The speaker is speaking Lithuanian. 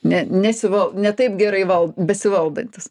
ne nesiva ne taip gerai val besivaldantis